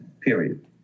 period